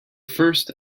first